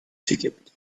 ticket